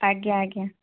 ଆଜ୍ଞା ଆଜ୍ଞା